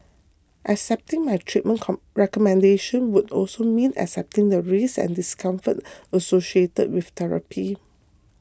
accepting my treatment recommendation would also mean accepting the risks and discomfort associated with therapy